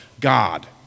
God